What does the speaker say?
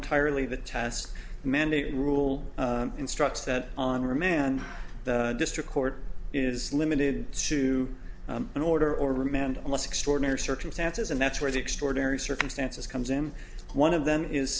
entirely the task mandate rule instructs that on remand the district court is limited to an order or remand unless extraordinary circumstances and that's where the extraordinary circumstances comes in one of them is